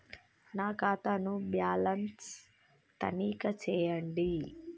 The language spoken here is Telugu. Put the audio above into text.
నా ఖాతా ను బ్యాలన్స్ తనిఖీ చేయండి?